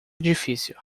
difícil